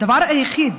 הדבר היחיד